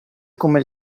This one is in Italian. come